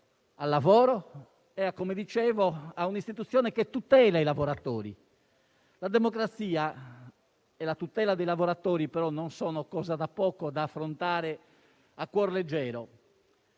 al lavoro e ad un'istituzione che tutela i lavoratori. La democrazia e la tutela dei lavoratori non sono però cosa da poco, da affrontare a cuor leggero.